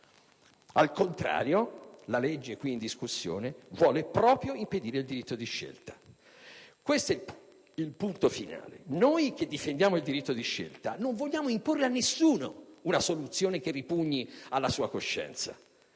Al contrario, la legge qui in discussione vuole proprio impedire il diritto di scelta. Questo è il punto finale. Noi, che difendiamo il diritto di scelta, non vogliamo imporre a nessuno una soluzione che ripugni alla sua coscienza,